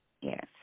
Yes